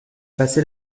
passée